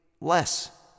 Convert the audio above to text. less